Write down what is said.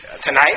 tonight